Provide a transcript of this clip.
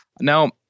now